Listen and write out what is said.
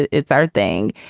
it's our thing.